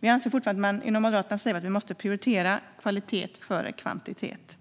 Inom Moderaterna säger vi att vi måste prioritera kvalitet före kvantitet.